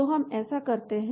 तो हम ऐसा करते हैं